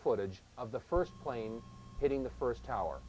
footage of the first plane hitting the first tower